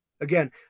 Again